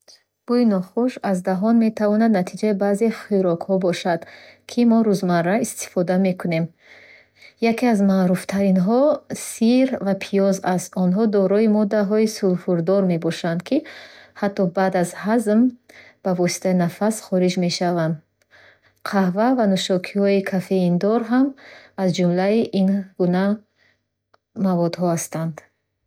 Бӯи нохуш аз даҳон метавонад натиҷаи баъзе хӯрокҳо бошад, ки мо рӯзмарра истифода мебарем. Яке аз маъруфтаринҳо — сир ва пиёз аст. Онҳо дорои моддаҳои сулфурдор мебошанд, ки ҳатто баъд аз ҳазм ба воситаи нафас хориҷ мешаванд. Қаҳва ва нушокиҳои кафендор ҳам аз ҷумлаи ин гуна маводҳо ҳастанд.